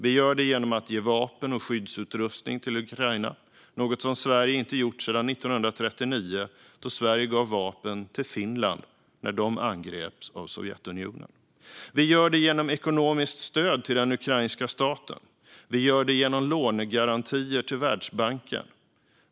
Vi gör det genom att ge vapen och skyddsutrustning till Ukraina, något som Sverige inte har gjort sedan 1939 då Sverige gav vapen till Finland när de angreps av Sovjetunionen. Vi gör det genom ekonomiskt stöd till den ukrainska staten. Vi gör det genom lånegarantier till Världsbanken.